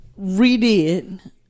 redid